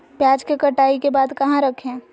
प्याज के कटाई के बाद कहा रखें?